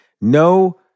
No